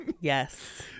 yes